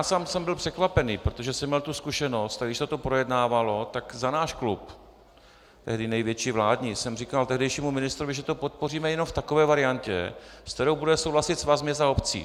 Sám jsem byl překvapený, protože jsem měl tu zkušenost, když se to projednávalo, tak za náš klub, tehdy největší vládní, jsem říkal tehdejšímu ministrovi, že to podpoříme jenom v takové variantě, se kterou bude souhlasit Svaz měst a obcí.